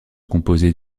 composait